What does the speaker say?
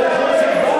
חבר הכנסת בר,